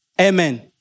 Amen